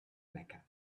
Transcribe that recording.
mecca